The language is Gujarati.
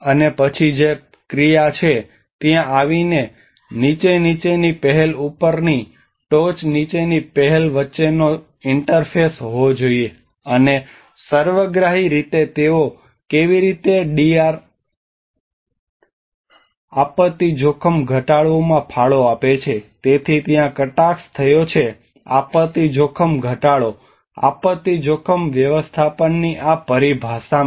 અને પછી જે ક્રિયા છે ત્યાં આવીને નીચે નીચેની પહેલ ઉપરની ટોચ નીચેની પહેલ વચ્ચેનો ઇન્ટરફેસ હોવો જોઈએ અને સર્વગ્રાહી રીતે તેઓ કેવી રીતે ડીઆરઆરઆપત્તિ જોખમ ઘટાડવું માં ફાળો આપે છે તેથી ત્યાં કટાક્ષ થયો છે આપત્તિ જોખમ ઘટાડો આપત્તિ જોખમ વ્યવસ્થાપનની આ પરિભાષામાં